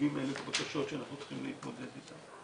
70,000 בקשות שאנחנו צריכים להתמודד איתן.